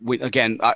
again